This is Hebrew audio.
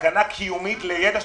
בסכנה קיומית לידע.